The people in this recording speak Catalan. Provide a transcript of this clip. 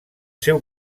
seu